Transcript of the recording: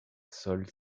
sols